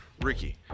Ricky